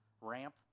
ramp